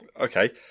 okay